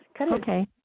Okay